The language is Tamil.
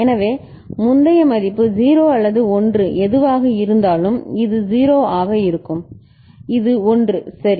எனவே முந்தைய மதிப்பு 0 அல்லது 1 எதுவாக இருந்தாலும் இது 0 ஆக இருக்கும் இது 1 சரி